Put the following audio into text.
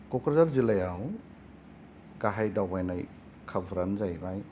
क'क्राझार जिल्लायाव गाहाय दावबायनाय खाबुफ्रानो जाहैबाय